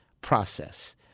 process